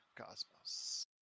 Cosmos